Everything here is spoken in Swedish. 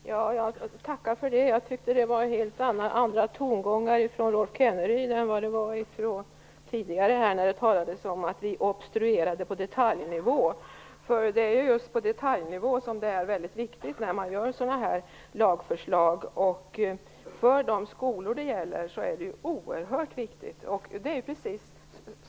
Herr talman! Jag tackar för det tillägget. Det är helt andra tongångar nu från Rolf Kenneryds sida jämfört med tidigare. Det har ju sagts att vi obstruerade på detaljnivå, men det är just detaljnivån som är väldigt viktig när man framställer sådana här lagförslag. För de skolor som detta gäller är det här oerhört viktigt.